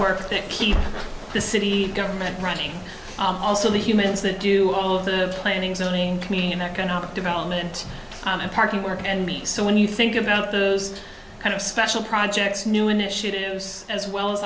work to keep the city government running also the humans that do all of the planning zoning in economic development and parking work and so when you think about those kind of special projects new initiatives as well as